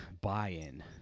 buy-in